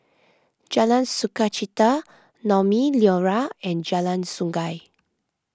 Jalan Sukachita Naumi Liora and Jalan Sungei